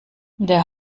der